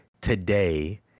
today